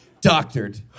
Doctored